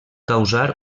causar